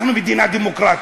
אנחנו מדינה דמוקרטית.